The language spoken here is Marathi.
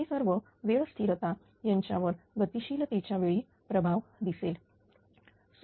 हे सर्व वेळ स्थिरता यांच्यावर गतिशील तेच्या वेळी प्रभाव दिसेल